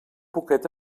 poquet